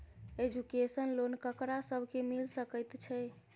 Education loan ककरा सब केँ मिल सकैत छै?